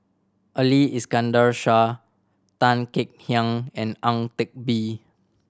Ali Iskandar Shah Tan Kek Hiang and Ang Teck Bee